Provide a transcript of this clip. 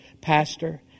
Pastor